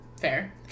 Fair